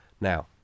Now